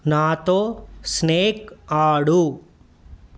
నాతో స్నేక్ ఆడు